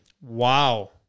Wow